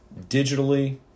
digitally